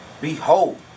Behold